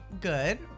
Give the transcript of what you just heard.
good